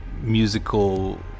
musical